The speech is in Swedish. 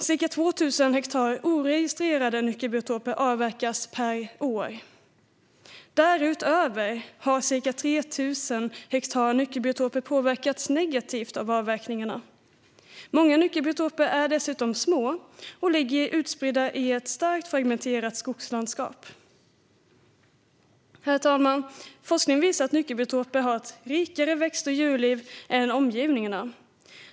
Cirka 2 000 hektar oregistrerade nyckelbiotoper avverkas per år. Därutöver har ca 3 000 hektar nyckelbiotoper påverkats negativt av avverkningarna. Många nyckelbiotoper är dessutom små och ligger utspridda i ett starkt fragmenterat skogslandskap. Herr talman! Forskning visar att nyckelbiotoper har ett rikare växt och djurliv än omgivningarna.